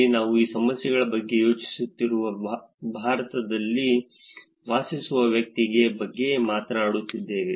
ಇಲ್ಲಿ ನಾವು ಈ ಸಮಸ್ಯೆಗಳ ಬಗ್ಗೆ ಯೋಚಿಸುತ್ತಿರುವ ಭಾರತದಲ್ಲಿ ವಾಸಿಸುವ ವ್ಯಕ್ತಿಯ ಬಗ್ಗೆ ಮಾತನಾಡುತ್ತಿದ್ದೇವೆ